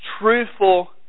truthful